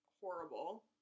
horrible